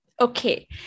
Okay